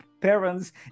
parents